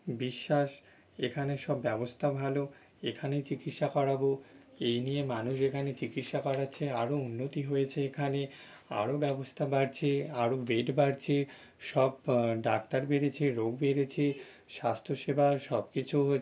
বিশ্বাস এখানে সব ব্যবস্থা ভালো এখানে চিকিৎসা করাবো এই নিয়ে মানুষ যেখানে চিকিৎসা করাচ্ছে আরো উন্নতি হয়েছে এখানে আরো ব্যবস্থা বাড়ছে আরো বেড বাড়ছে সব ডাক্তার বেড়েছে রোগ বেড়েছে স্বাস্থ্য সেবা সব কিছু হো